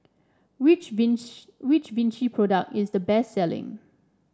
which Vichy Vichy product is the best selling